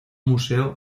museo